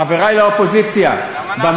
חברי לאופוזיציה, גם אנחנו.